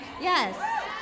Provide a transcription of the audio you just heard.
Yes